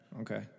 Okay